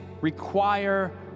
require